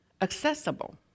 accessible